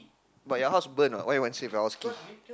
but your house burn what why do you want save the house key